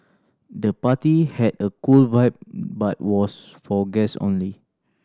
the party had a cool vibe but was for guests only